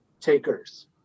takers